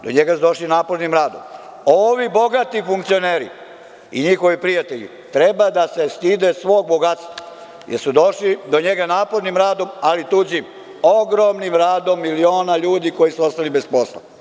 Do njega su došli napornim radom, ovi bogati funkcioneri i njihovi prijatelji treba da se stide svog bogatstva, jer su došli do njega napornim radom, ali tuđim, ogromnim radom miliona ljudi koji su ostali bez posla.